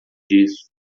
disso